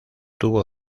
tuvo